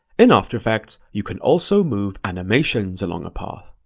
in after effects, you can also move animations along a path.